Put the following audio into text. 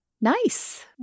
nice